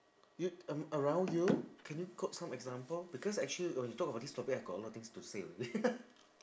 you um around you can you quote some example because actually when you talk about this topic I got a lot of things to say already